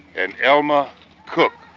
and elmer cook.